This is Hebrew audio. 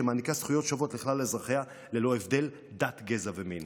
שמעניקה זכויות שוות לכלל אזרחיה ללא הבדל דת גזע ומין.